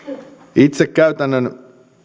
itse käytännön